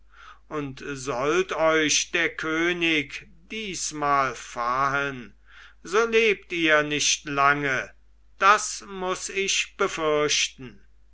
und sollt euch der könig diesmal fahen so lebt ihr nicht lange das muß ich befürchten